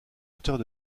auteurs